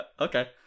Okay